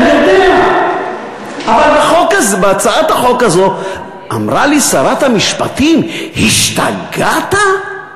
אבל בהצעת החוק הזאת אמרה לי שרת המשפטים: השתגעת?